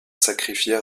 sacrifiait